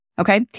Okay